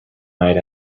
night